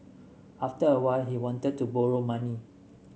after a while he wanted to borrow money